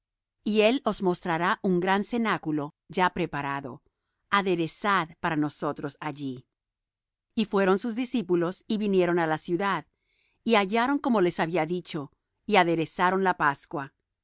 y él os mostrará un gran cenáculo ya preparado aderezad para nosotros allí y fueron sus discípulos y vinieron á la ciudad y hallaron como les había dicho y aderezaron la pascua